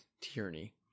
tyranny